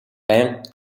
байнга